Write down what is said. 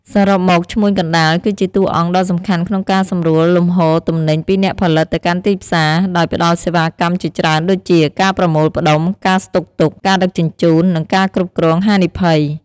សរុបមក ឈ្មួញកណ្តាលគឺជាតួអង្គដ៏សំខាន់ក្នុងការសម្រួលលំហូរទំនិញពីអ្នកផលិតទៅកាន់ទីផ្សារ ដោយផ្តល់សេវាកម្មជាច្រើនដូចជា ការប្រមូលផ្ដុំ ការស្តុកទុក ការដឹកជញ្ជូន និងការគ្រប់គ្រងហានិភ័យ។